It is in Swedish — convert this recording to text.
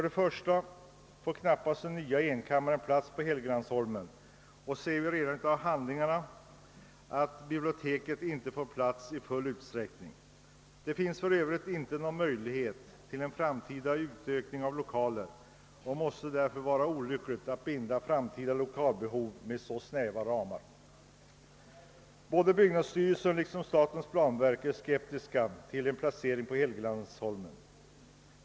Den nya enkammarriksdagen kan knappast rymmas på Helgeandsholmen; vi ser redan av handlingarna att biblioteket inte får plats i full utsträckning. Det finns för Övrigt inte någon möjlighet till en framtida utökning av lokalerna, och det måste vara olyckligt att binda den framtida lokaltillgången inom så snäva ramar. Både byggnadsstyrelsen och statens planverk är skeptiska mot en placering på Helgeandsholmen.